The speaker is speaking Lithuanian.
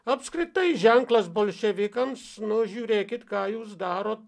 apskritai ženklas bolševikams nu žiūrėkit ką jūs darot